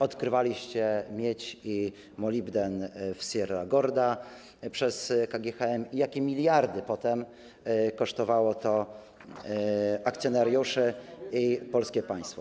odkrywaliście miedź i molibden w Sierra Gorda przez KGHM i jakie miliardy potem kosztowało to akcjonariuszy i polskie państwo.